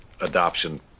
adoption